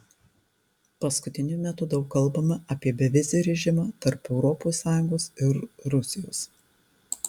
paskutiniu metu daug kalbama apie bevizį režimą tarp europos sąjungos ir rusijos